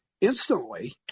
Instantly